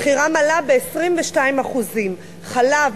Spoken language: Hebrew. מחירם עלה ב-22%; חלב,